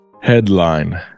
Headline